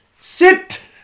sit